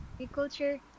agriculture